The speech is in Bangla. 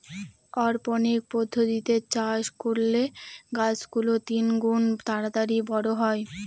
অরপনিক্স পদ্ধতিতে চাষ করলে গাছ গুলো তিনগুন তাড়াতাড়ি বড়ো হয়